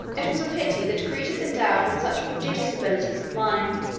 it was a pity, that creatures endowed with such prodigious abilities of mind,